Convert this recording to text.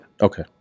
Okay